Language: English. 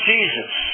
Jesus